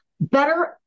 better